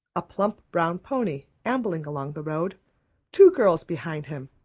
a plump brown pony ambling along the road two girls behind him,